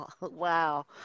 Wow